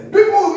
People